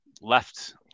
left